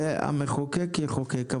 והמחוקק יחוקק.